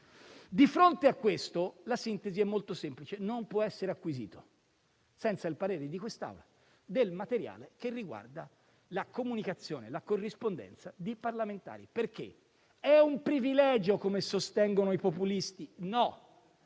Di fronte a questo, la sintesi è molto semplice; non può essere acquisito senza il parere di questa Aula del materiale che riguarda la comunicazione e la corrispondenza di parlamentari. Perché? È un privilegio, come sostengono i populisti? No,